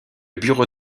bureau